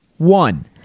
One